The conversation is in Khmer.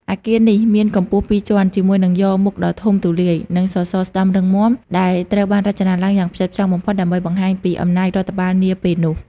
អគារនេះមានកម្ពស់ពីរជាន់ ជាមួយនឹងយ៉រមុខដ៏ធំទូលាយ និងសសរស្ដម្ភរឹងមាំ ដែលត្រូវបានរចនាឡើងយ៉ាងផ្ចិតផ្ចង់បំផុតដើម្បីបង្ហាញពីអំណាចរដ្ឋបាលនាពេលនោះ។